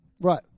Right